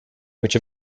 which